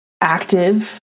active